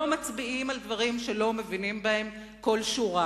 לא מצביעים על דברים שלא מבינים בהם כל שורה,